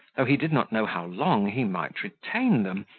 though he did not know how long he might retain them,